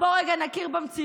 אז בואו רגע נכיר במציאות: